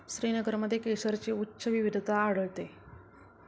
श्रीनगरमध्ये केशरची उच्च विविधता आढळते